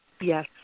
Yes